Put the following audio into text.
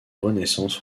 renaissance